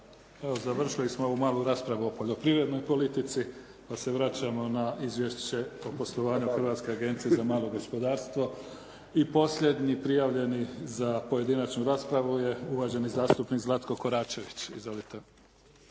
završili smo ovu malu raspravu o poljoprivrednoj politici pa se vraćamo na Izvješće o poslovanju Hrvatske agencije za malo gospodarstvo. I posljednji prijavljeni za pojedinačnu raspravu je uvaženi zastupnik Zlatko Koračević.